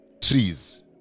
trees